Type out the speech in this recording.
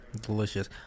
Delicious